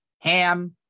ham